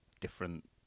different